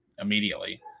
immediately